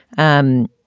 and